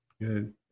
good